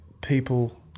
people